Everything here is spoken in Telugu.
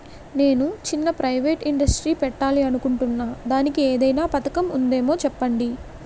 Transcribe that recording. నేను చిన్న ప్రైవేట్ ఇండస్ట్రీ పెట్టాలి అనుకుంటున్నా దానికి ఏదైనా పథకం ఉందేమో చెప్పండి?